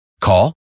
Call